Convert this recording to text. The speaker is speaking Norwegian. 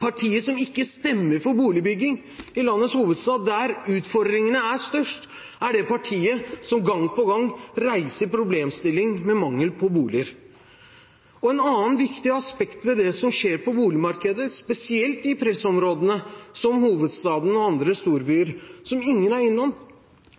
Partiet som ikke stemmer for boligbygging i landets hovedstad, der utfordringene er størst, er det partiet som gang på gang reiser problemstillingen om mangel på boliger. Et annet viktig aspekt ved det som skjer på boligmarkedet – spesielt i pressområder som hovedstaden og andre storbyer – som ingen er innom,